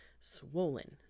swollen